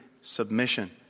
submission